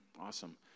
Awesome